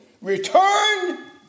return